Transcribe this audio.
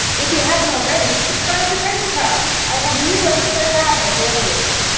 if you haven't already, subscribe to braincraft! i have a new episode out every other week.